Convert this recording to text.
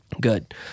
Good